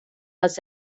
les